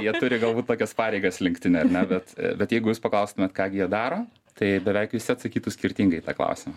jie turi galbūt tokias pareigas linktine bet bet jeigu jūs paklaustumėt ką gi jie daro tai beveik visi atsakytų skirtingai į tą klausimą